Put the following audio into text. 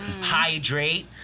hydrate